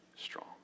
strong